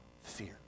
fear